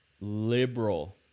liberal